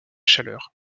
chaleur